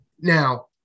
Now